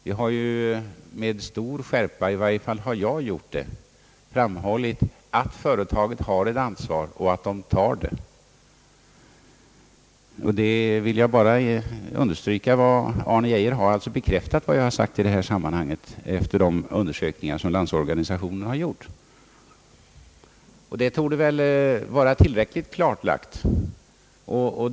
Vi har ju med stor skärpa — i varje fall har jag gjort det — framhållit att företagen har ett ansvar och att de skall ta det. Jag vill understryka att herr Arne Geijer, efter de undersökningar som Landsorganisationen har gjort, har bekräftat vad jag har påstått i detta sammanhang. Det torde vara tillräckligt klarlagt.